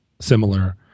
similar